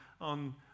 on